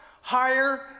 higher